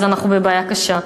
אנחנו בבעיה קשה.